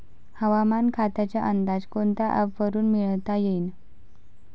हवामान खात्याचा अंदाज कोनच्या ॲपवरुन मिळवता येईन?